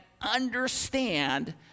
understand